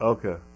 Okay